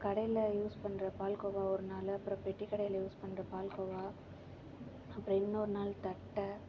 கடையில் யூஸ் பண்ணுற பால்கோவா ஒரு நாள் அப்புறம் பேட்டி கடையில யூஸ் பண்ணுற பால்கோவா அப்புறம் இன்னொரு நாள் தட்டை